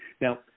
Now